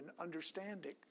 understanding